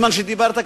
בזמן שדיברת,